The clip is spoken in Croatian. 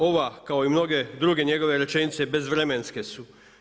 Ova kao i mnoge druge njegove rečenice bezvremenske su.